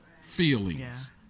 feelings